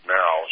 now